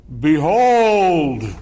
Behold